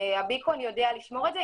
הביקון יודע לשמור את זה.